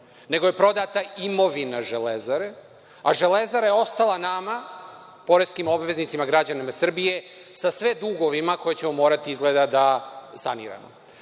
nego je prodata imovina „Železare“, a „Železara“ je ostala nama poreskim obveznicima, građanima Srbije, sa sve dugovima koje ćemo morati izgleda da saniramo. Ovo